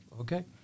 okay